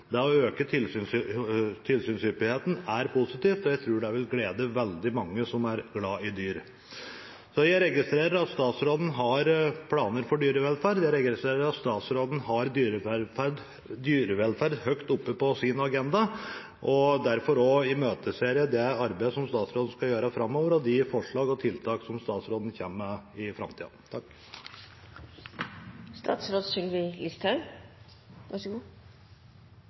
Å øke tilsynshyppigheten er positivt, og jeg tror det vil glede veldig mange som er glade i dyr. Så jeg registrerer at statsråden har planer for dyrevelferden, og jeg registrerer at statsråden har dyrevelferd høyt oppe på sin agenda, og derfor imøteser jeg også det arbeidet som statsråden skal gjøre framover, og de forslag og tiltak som statsråden kommer med i framtida.